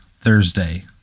Thursday